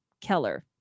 Keller